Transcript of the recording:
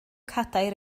cadair